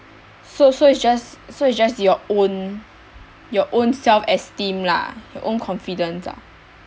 so so it's just so it's just your own your own self esteem lah your own confidence ah